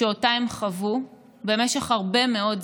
שאותה הם חוו במשך הרבה מאוד זמן.